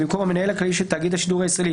במקום "המנהל הכללי של תאגיד השידור הישראלי"